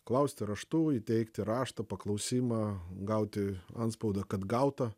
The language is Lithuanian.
klausti raštu įteikti raštą paklausimą gauti antspaudą kad gauta